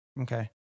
Okay